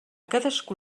cadascú